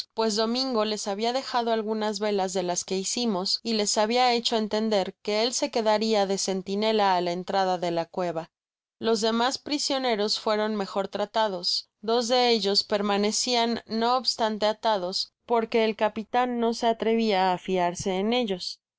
pues domingo les habia dejado algunas velas de las que hicimos y les habia hecho entender que él se quedaria de centinela á la entrada de la cueva los demas prisioneros fueron mejor tratados dos de ellos permanecían no obstante atados porque el capitan no se atrevía á fiarse'en ellos